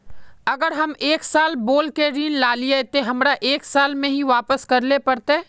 अगर हम एक साल बोल के ऋण लालिये ते हमरा एक साल में ही वापस करले पड़ते?